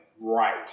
right